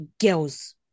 girls